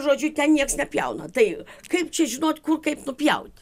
žodžiu ten nieks nepjauna tai kaip čia žinot kur kaip nupjaut